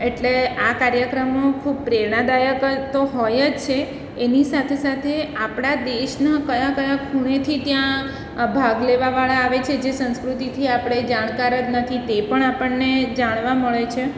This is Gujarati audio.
એટલે આ કાર્યક્રમો ખૂબ પ્રેરણાદાયક તો હોય જ છે એની સાથે સાથે આપણા દેશના કયા કયા ખૂણેથી ત્યાં ભાગ લેવાવાળા આવે છે જે સંસ્કૃતિથી આપણે જાણકાર જ નથી તે પણ આપણને જાણવા મળે છે